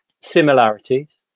similarities